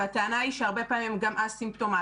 והטענה היא שהרבה פעמים גם אסימפטומטיים,